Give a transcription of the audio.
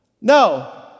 No